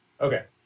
Okay